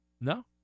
no